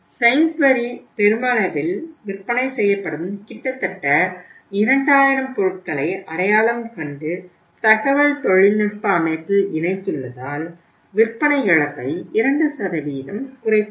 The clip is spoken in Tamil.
சைன்ஸ்பரி பெருமளவில் விற்பனை செய்யப்படும் கிட்டத்தட்ட 2000 பொருட்களை அடையாளம் கண்டு தகவல் தொழில்நுட்ப அமைப்பில் இணைத்துள்ளதால் விற்பனை இழப்பை 2 குறைத்துள்ளது